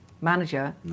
manager